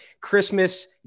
christmas